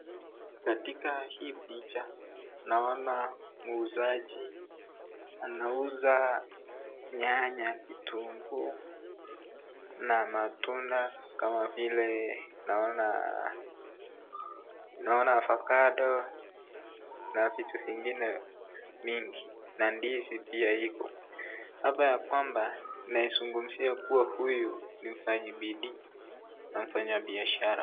Katika hii picha naona muuzaji anauza nyanya, kitunguu na matunda kama vile naona avocado na vitu vingine mingi na ndizi pia iko. Hapa ya kwamba naezungumzia kuwa huyu ni mfanya bidii na mfanya biashara.